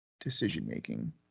decision-making